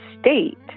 state